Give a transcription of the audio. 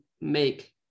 make